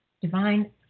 divine